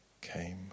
came